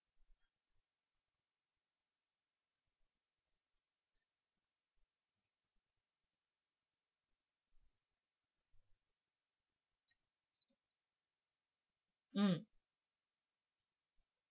mm